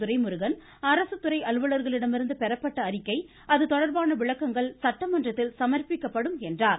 துரைமுருகன் இந்த அரசு கிறை அலுவலர்களிடமிருந்து பெறப்பட்ட அறிக்கை அது தொடர்பான விளக்கங்கள் சட்டமன்றத்தில் சமர்ப்பிக்கப்படும் என்றார்